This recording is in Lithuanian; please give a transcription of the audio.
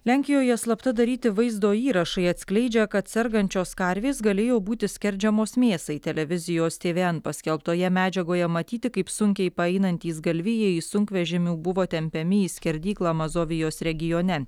lenkijoje slapta daryti vaizdo įrašai atskleidžia kad sergančios karvės galėjo būti skerdžiamos mėsai televizijos tvn paskelbtoje medžiagoje matyti kaip sunkiai paeinantys galvijai sunkvežimių buvo tempiami į skerdyklą mazovijos regione